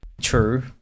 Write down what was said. True